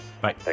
Bye